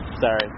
sorry